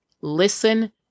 listen